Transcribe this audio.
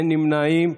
אין נמנעים.